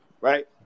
right